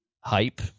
hype